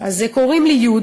קוראים לי י'.